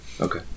okay